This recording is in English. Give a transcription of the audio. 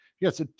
yes